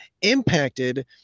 impacted